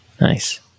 Nice